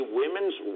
women's